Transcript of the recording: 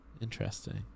interesting